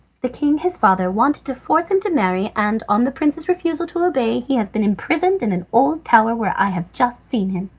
the king, his father, wanted to force him to marry, and on the prince's refusal to obey he has been imprisoned in an old tower where i have just seen him.